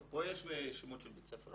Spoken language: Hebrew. פה יש שמות של בתי ספר?